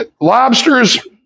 Lobsters